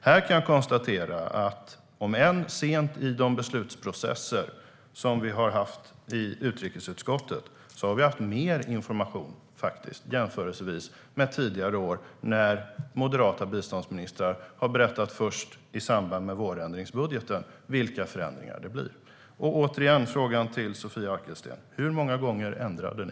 Här kan jag konstatera att vi, om än sent i de beslutsprocesser som vi har haft i utrikesutskottet, har haft mer information jämfört med tidigare år, när moderata biståndsministrar har berättat först i samband med vårändringsbudgeten vilka förändringar det blir. Jag ställer återigen frågan till Sofia Arkelsten: Hur många gånger ändrade ni?